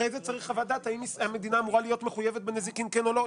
אחרי זה צריך חוות דעת האם המדינה אמורה להיות מחויבת בנזיקין או לא,